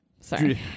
Sorry